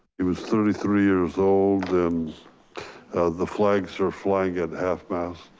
he was thirty three years old and the flags are flying at half mast.